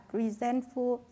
resentful